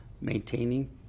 maintaining